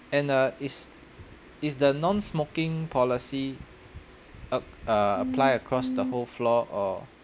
and uh is is the nonsmoking policy uh err apply across the whole floor or